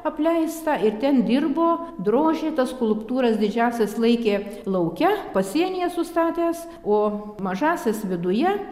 apleistą ir ten dirbo drožė tas skulptūras didžiąsias laikė lauke pasienyje sustatęs o mažąsias viduje